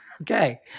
Okay